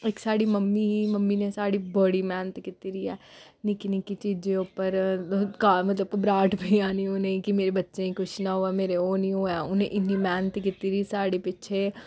इक साढ़ी मम्मी ही मम्मी ने साढ़ी बड़ी मेह्नत कीती दी ऐ निक्की निक्की चीजें उप्पर मतलब घबराह्ट पेई जानी उ'नेंगी मेरे बच्चें गी कुछ ना होऐ मेरे ओह् निं होऐ उ'नें इन्नी मेह्नत कीती दी साढ़े पिच्छे